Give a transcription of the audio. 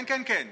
כן, כן, כן.